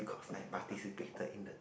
beacuse i participated in the